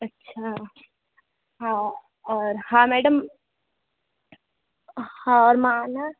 अच्छा हा और हा मैडम हा और मां न